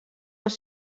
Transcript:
els